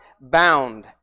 bound